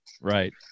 Right